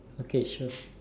okay sure